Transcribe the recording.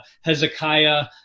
Hezekiah